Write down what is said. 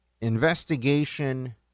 investigation